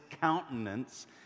countenance